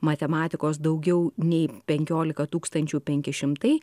matematikos daugiau nei penkiolika tūkstančių penki šimtai